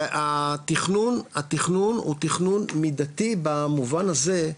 והתכנון הוא תכנון מידתי במובן הזה,